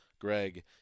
Greg